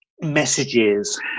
messages